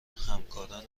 همکارتان